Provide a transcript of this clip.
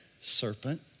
serpent